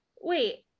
wait